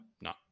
No